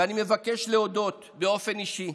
ואני מבקש להודות באופן אישי